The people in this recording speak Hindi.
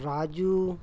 राजू